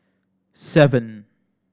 seven